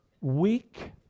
weak